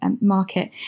market